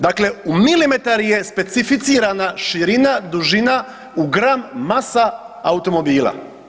Dakle u milimetar je specificirana širina, dužina, u gram masa automobila.